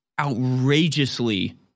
outrageously